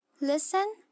Listen